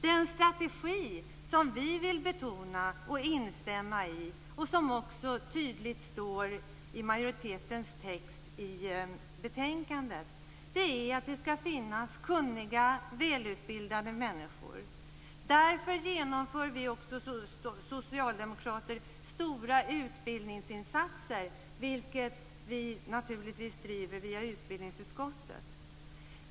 Den strategi som vi vill betona och instämma i, och som tydligt står i majoritetens text i betänkandet, är att det skall finnas kunniga och välutbildade människor. Därför genomför vi socialdemokrater stora utbildningsinsatser, vilket vi naturligtvis driver via utbildningsutskottet.